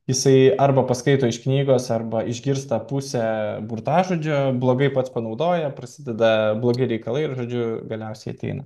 jisai arba paskaito iš knygos arba išgirsta pusę burtažodžio blogai pats panaudoja prasideda blogi reikalai ir žodžiu galiausiai ateina